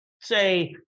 say